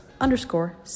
underscore